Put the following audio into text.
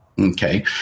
Okay